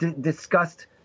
discussed